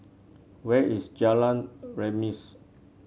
where is Jalan Remis